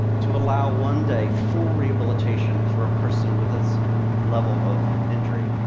to allow, one day, full rehabilitation for a person with this level of injury.